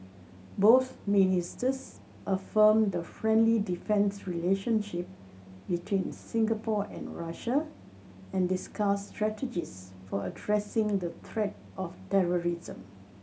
both ministers affirmed the friendly defence relationship between Singapore and Russia and discussed strategies for addressing the threat of terrorism